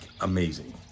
amazing